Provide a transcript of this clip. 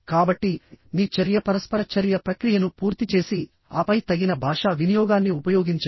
కాబట్టి మీ చర్య పరస్పర చర్య ప్రక్రియను పూర్తి చేసిఆపై తగిన భాషా వినియోగాన్ని ఉపయోగించండి